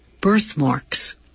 Birthmarks